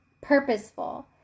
purposeful